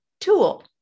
tool